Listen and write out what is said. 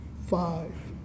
five